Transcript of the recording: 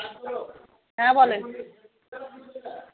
হ্যাঁ বলেন